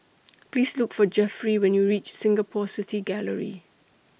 Please Look For Jeffery when YOU REACH Singapore City Gallery